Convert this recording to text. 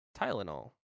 Tylenol